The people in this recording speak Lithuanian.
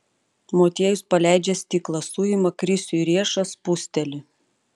motiejus paleidžia stiklą suima krisiui riešą spusteli